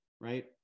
right